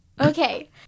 Okay